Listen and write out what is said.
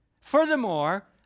Furthermore